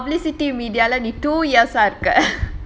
publicity media lah two years ah இருக்க:irukka